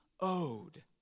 owed